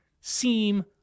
seem